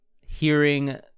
hearing